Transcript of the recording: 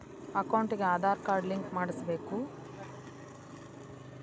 ಅಕೌಂಟಿಗೆ Aadhaar card link ಮಾಡಿಸಬೇಕು?